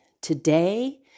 today